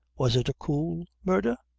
was it a cool murdher?